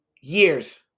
Years